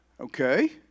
Okay